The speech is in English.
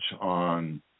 on